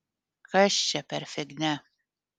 kas čia per fignia